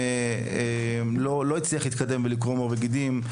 לא הצליח להתקדם ולקרום עור וגידים.